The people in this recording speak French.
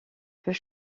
peut